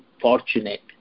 fortunate